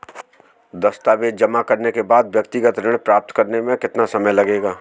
दस्तावेज़ जमा करने के बाद व्यक्तिगत ऋण प्राप्त करने में कितना समय लगेगा?